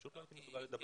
פשוט לא הייתי מסוגל לדבר.